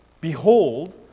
Behold